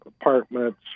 apartments